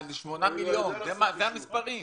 זה המספרים.